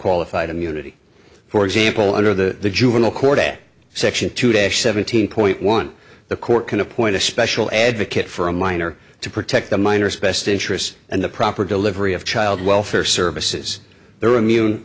qualified immunity for example under the juvenile court a section to dash seventeen point one the court can appoint a special advocate for a minor to protect the minors best interest and the proper delivery of child welfare services they're immune